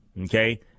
okay